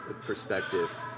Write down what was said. perspective